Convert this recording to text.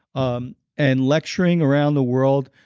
um and lecturing around the world,